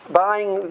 buying